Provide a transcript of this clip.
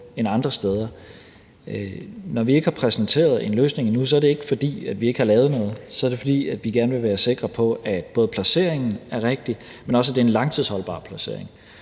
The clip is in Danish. end andre. Når vi ikke har præsenteret en løsning endnu, er det ikke, fordi vi ikke har lavet noget, men så er det, fordi vi gerne vil være sikre på, at både placeringen er rigtig, men at det også er en langtidsholdbar placering.